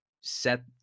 set